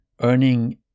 earning